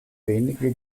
wenige